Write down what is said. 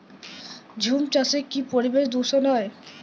ঝুম চাষে কি পরিবেশ দূষন হয়?